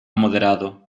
moderado